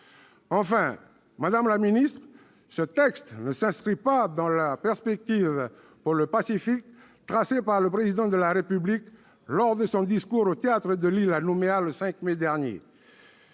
région ? Enfin, ce texte ne s'inscrit pas dans la perspective pour le Pacifique tracée par le Président de la République lors de son discours au théâtre de l'Île, à Nouméa, le 5 mai dernier,